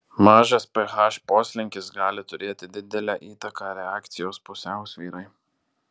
mažas ph poslinkis gali turėti didelę įtaką reakcijos pusiausvyrai